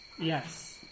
Yes